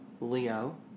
Leo